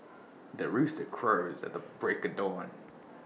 the rooster crows at the break of dawn